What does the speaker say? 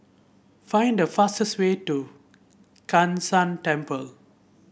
find the fastest way to Kai San Temple